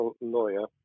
lawyer